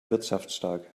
wirtschaftsstark